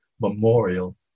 memorial